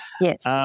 Yes